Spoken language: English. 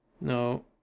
No